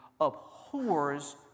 abhors